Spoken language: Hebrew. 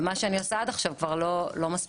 ומה שאני עושה עד עכשיו כבר לא מספיק,